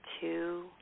two